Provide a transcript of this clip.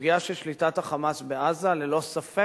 והסוגיה של שליטת ה"חמאס" בעזה ללא ספק